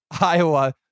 Iowa